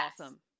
awesome